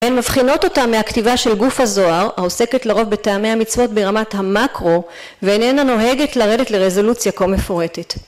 מבחינות אותה מהכתיבה של גוף הזוהר, העוסקת לרוב בטעמי המצוות ברמת המקרו, ואיננה נוהגת לרדת לרזולוציה כה מפורטת